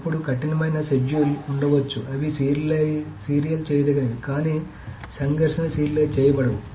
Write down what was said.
అప్పుడు కఠినమైన షెడ్యూల్ ఉండవచ్చు అవి సీరియల్ చేయదగినవి కానీ సంఘర్షణ సీరియలైజ్ చేయబడవు